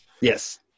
Yes